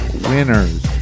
winners